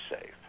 safe